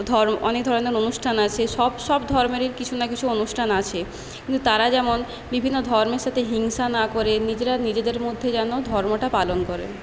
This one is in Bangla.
অনেক ধরনের অনুষ্ঠান আছে সব সব ধর্মেরই কিছু না কিছু অনুষ্ঠান আছে কিন্তু তারা যেমন বিভিন্ন ধর্মের সাথে হিংসা না করে নিজেরা নিজেদের মধ্যে যেন ধর্মটা পালন করে